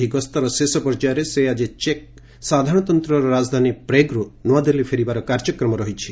ଏହି ଗସ୍ତର ଶେଷ ପର୍ଯ୍ୟାୟରେ ସେ ଆକି ଚେକ୍ ସାଧାରଣତନ୍ତ୍ରର ରାଜଧାନୀ ପ୍ରେଗର୍ ନୁଆଦିଲ୍ଲୀ ଫେରିବାର କାର୍ଯ୍ୟକ୍ରମ ରହିଛି